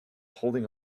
holding